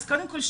אז קודם כל,